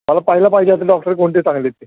मला पाहिलं पाहिजे आता डॉक्टर कोणते चांगले आहेत ते